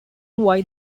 why